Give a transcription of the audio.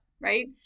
right